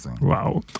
wow